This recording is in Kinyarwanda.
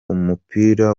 umupira